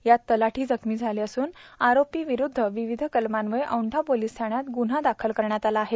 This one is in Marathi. यात तलाठी जखमी झाले असुन आरोपी विरुद्ध विविध कलमान्वे औंढा पोलीस ठाण्यात गुन्हा दाखल करण्यात आला आहे